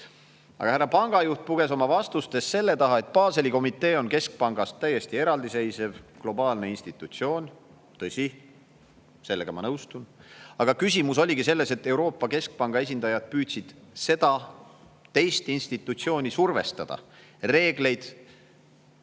Aga härra pangajuht puges oma vastustes selle taha, et Baseli komitee on keskpangast täiesti eraldi seisev globaalne institutsioon. Tõsi, sellega ma nõustun, aga küsimus oligi selles, et Euroopa Keskpanga esindajad püüdsid seda teist institutsiooni survestada reegleid